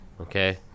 okay